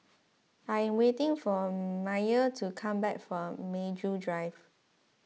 I am waiting for Myer to come back from Maju Drive